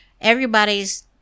everybody's